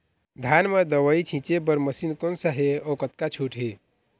धान म दवई छींचे बर मशीन कोन सा हे अउ कतका छूट हे?